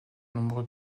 nombreux